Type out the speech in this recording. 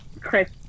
Chris